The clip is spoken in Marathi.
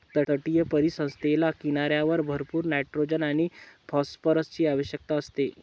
तटीय परिसंस्थेला किनाऱ्यावर भरपूर नायट्रोजन आणि फॉस्फरसची आवश्यकता असते